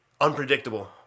unpredictable